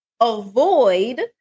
avoid